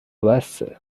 بسه